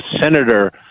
Senator